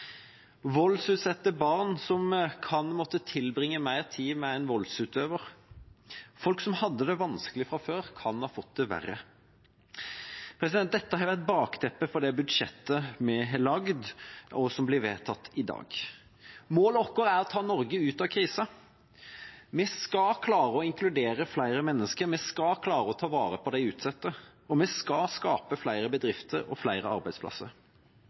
Voldsutsatte barn kan måtte tilbringe mer tid med en voldsutøver. Folk som hadde det vanskelig fra før, kan ha fått det verre. Dette er bakteppet for det budsjettet vi har lagd, og som blir vedtatt i dag. Målet vårt er å ta Norge ut av krisa. Vi skal klare å inkludere flere mennesker, vi skal klare å ta vare på de utsatte, og vi skal skape flere bedrifter og flere arbeidsplasser.